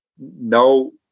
No